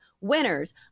Winners